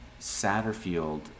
Satterfield